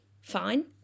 fine